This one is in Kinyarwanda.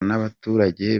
n’abaturage